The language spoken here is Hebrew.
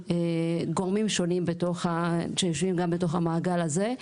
גורמים שונים שיושבים גם בתוך המעגל הזה,